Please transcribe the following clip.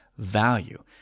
value